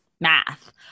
math